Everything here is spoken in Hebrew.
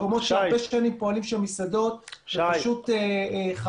מקומות שהרבה שנים פועלות שם מסעדות ופשוט חבל